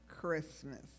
Christmas